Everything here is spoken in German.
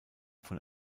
von